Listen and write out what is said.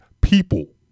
People